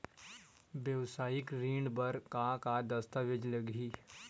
वेवसायिक ऋण बर का का दस्तावेज लगही?